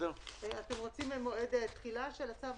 האם אתם רוצים מועד תחילה של הצו,